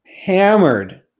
hammered